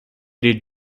did